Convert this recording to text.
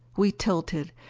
we tilted,